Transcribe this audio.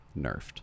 nerfed